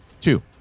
two